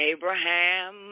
Abraham